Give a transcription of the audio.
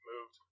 moved